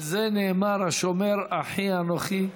על זה נאמר: השומר אחי אנוכי?